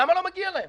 למה לא מגיע להם?